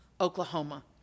Oklahoma